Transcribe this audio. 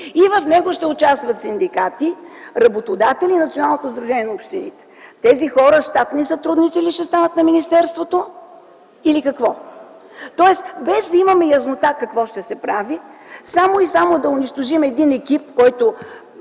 и в него ще участват синдикати, работодатели и Националното сдружение на общините? Тези хора щатни сътрудници ли ще станат на министерството или какво? Тоест, без да имаме яснота какво ще се прави, само и само да унищожим един екип, който